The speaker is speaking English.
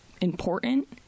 important